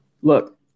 Look